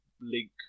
link